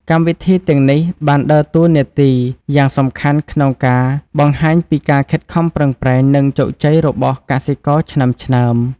កម្មវិធីទាំងនេះបានដើរតួនាទីយ៉ាងសំខាន់ក្នុងការបង្ហាញពីការខិតខំប្រឹងប្រែង និងជោគជ័យរបស់កសិករឆ្នើមៗ។